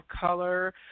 color